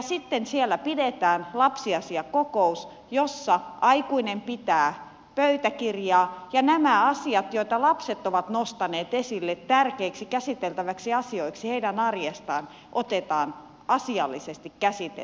sitten siellä pidetään lapsiasiakokous jossa aikuinen pitää pöytäkirjaa ja nämä asiat joita lapset ovat nostaneet esille tärkeiksi käsiteltäviksi asioiksi arjestaan otetaan asiallisesti käsiteltäviksi